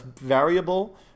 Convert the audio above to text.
variable